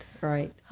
Right